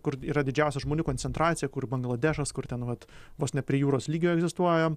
kur yra didžiausia žmonių koncentracija kur bangladešas kur ten vat vos ne prie jūros lygio egzistuoja